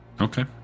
Okay